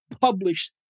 published